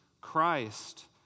Christ